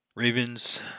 Ravens